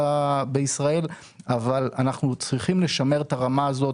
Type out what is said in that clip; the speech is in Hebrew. בישראל מאוד תחרותי אבל אנחנו צריכים לשמר את הרמה הזאת